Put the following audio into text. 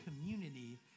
community